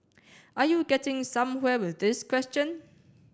are you getting somewhere with this question